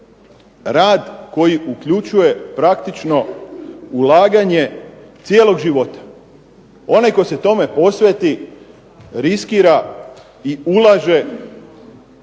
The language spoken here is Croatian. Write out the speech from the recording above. rad koji uključuje praktično ulaganje cijelog života. Onaj tko se tome posveti riskira i ulaže